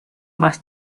más